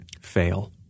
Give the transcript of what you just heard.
fail